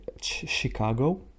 Chicago